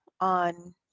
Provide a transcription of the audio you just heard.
on